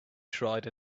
tried